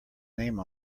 name